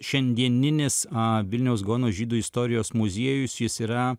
šiandieninis a vilniaus gaono žydų istorijos muziejus jis yra